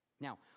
Now